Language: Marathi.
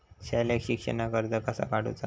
शालेय शिक्षणाक कर्ज कसा काढूचा?